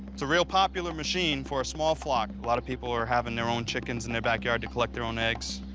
it's a real popular machine for a small flock. a lot of people are having their own chickens in their backyard to collect their own eggs.